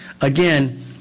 again